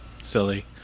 silly